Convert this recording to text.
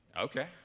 Okay